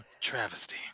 Travesty